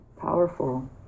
powerful